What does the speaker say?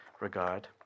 regard